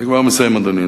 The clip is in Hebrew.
אני כבר מסיים, אדוני.